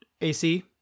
AC